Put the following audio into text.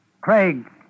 Craig